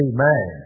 Amen